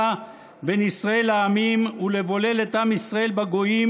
בין ישראל לעמים ולבולל את עם ישראל בגויים,